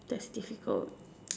that's difficult